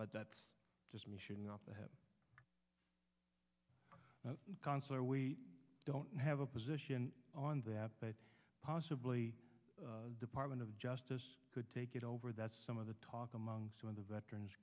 but that's just me shooting off the consular we don't have a position on that but possibly the department of justice could take it over that's some of the talk among some of the veterans